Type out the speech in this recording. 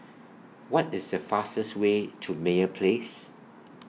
What IS The fastest Way to Meyer Place